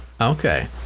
Okay